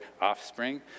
offspring